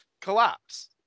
collapse